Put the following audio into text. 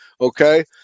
okay